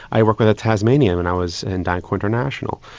i worked with a tasmanian when i was in dyncorp international.